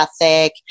ethic